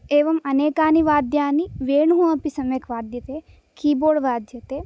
एवं अनेकानि वाद्यानि वेणुः अपि सम्यक् वाद्यते की बोर्ड् वाद्यते